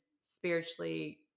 spiritually